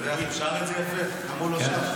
הוא שר את זה יפה, למה הוא לא שר?